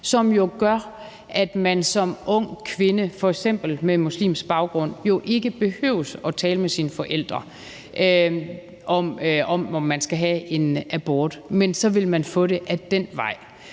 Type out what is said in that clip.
som jo gør, at man som ung kvinde, f.eks. med muslimsk baggrund, ikke behøver at tale med sine forældre om, om man skal have en abort, for så ville man få det ad den vej.